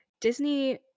disney